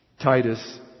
Titus